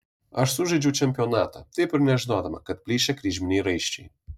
aš sužaidžiau čempionatą taip ir nežinodama kad plyšę kryžminiai raiščiai